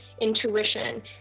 intuition